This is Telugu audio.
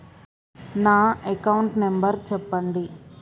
నా అకౌంట్ నంబర్ చెప్పండి?